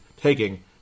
taking